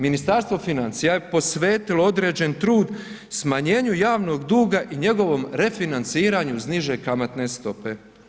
Ministarstvo financija je posvetilo određen trud smanjenju javnog duga i njegovom refinanciranju uz niže kamatne stope.